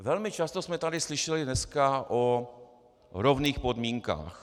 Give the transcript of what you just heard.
Velmi často jsme tady slyšeli dneska o rovných podmínkách.